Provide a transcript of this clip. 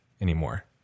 anymore